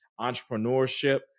entrepreneurship